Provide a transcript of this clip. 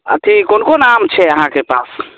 अथी कोन कोन आम छै अहाँके पास